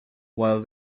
while